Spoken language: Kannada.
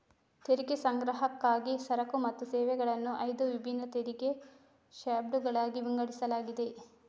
ತೆರಿಗೆ ಸಂಗ್ರಹಕ್ಕಾಗಿ ಸರಕು ಮತ್ತು ಸೇವೆಗಳನ್ನು ಐದು ವಿಭಿನ್ನ ತೆರಿಗೆ ಸ್ಲ್ಯಾಬುಗಳಾಗಿ ವಿಂಗಡಿಸಲಾಗಿದೆ